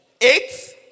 eight